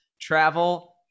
travel